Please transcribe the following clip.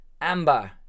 Amber